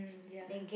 mm ya